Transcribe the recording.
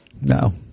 No